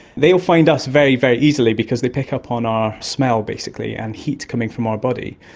they will find us very, very easily because they pick up on our smell basically and heat coming from our body.